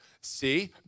see